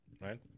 right